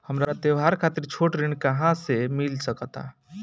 हमरा त्योहार खातिर छोट ऋण कहाँ से मिल सकता?